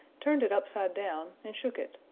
turned it upside down and shook it.